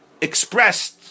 expressed